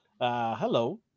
Hello